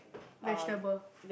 vegetable